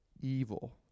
evil